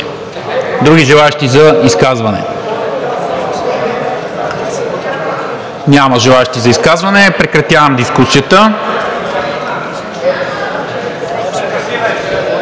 Други желаещи за изказване? Няма желаещи за изказване. Прекратявам дискусията.